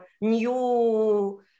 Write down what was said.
new